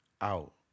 out